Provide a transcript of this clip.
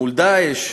מול "דאעש".